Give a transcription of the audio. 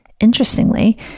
Interestingly